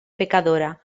pecadora